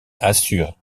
assurent